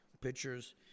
pictures